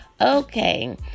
okay